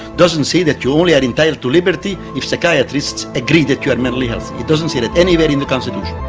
doesn't say that you only are entitled to liberty if psychiatrists agree that you are mentally healthy it doesn't say that anywhere in the constitution.